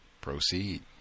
proceed